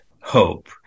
hope